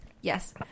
Yes